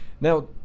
Now